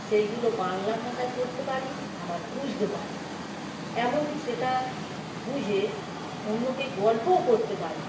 সেইগুলো বাংলা ভাষায় পড়তে পারি আবার বুঝতে পারি এমনকি সেটা বুঝে অন্যকে গল্পও করতে পারি